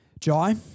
Jai